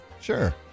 sure